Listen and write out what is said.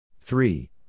three